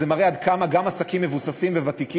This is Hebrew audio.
זה מראה עד כמה גם עסקים מבוססים וותיקים,